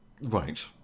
Right